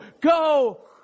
go